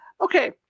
Okay